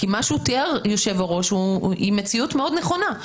מה שתיאר היושב-ראש זה מציאות מאוד נכונה,